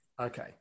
Okay